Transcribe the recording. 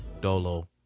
dolo